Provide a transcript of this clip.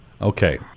Okay